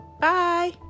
Bye